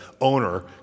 owner